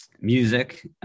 music